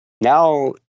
now